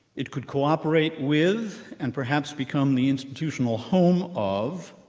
it could cooperate with, and perhaps become the institutional home of,